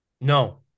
no